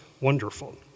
wonderful